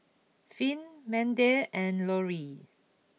Finn Mandie and Lorrie